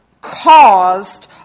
caused